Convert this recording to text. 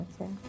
Okay